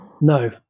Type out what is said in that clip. No